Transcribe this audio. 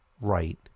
right